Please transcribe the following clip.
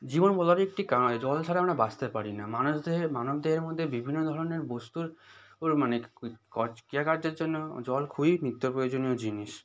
জীবন বলার একটি কারণ আছে জল ছাড়া আমরা বাঁচতে পারি না মানুষ দেহে মানবদেহের মধ্যে বিভিন্ন ধরনের বস্তুর মানে ক্রিয়া কার্যের জন্য জল খুবই নিত্য প্রয়োজনীয় জিনিস